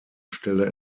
stelle